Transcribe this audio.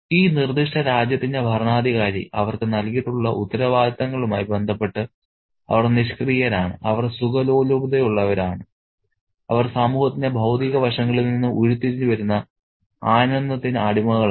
ഈ നിർദ്ദിഷ്ട രാജ്യത്തിന്റെ ഭരണാധികാരി അവർക്ക് നൽകിയിട്ടുള്ള ഉത്തരവാദിത്തങ്ങളുമായി ബന്ധപ്പെട്ട് അവർ നിഷ്ക്രിയരാണ് അവർ സുഖലോലുപതയുള്ളവരാണ് അവർ സമൂഹത്തിന്റെ ഭൌതിക വശങ്ങളിൽ നിന്ന് ഉരുത്തിരിഞ്ഞുവരുന്ന ആനന്ദത്തിന് അടിമകളാണ്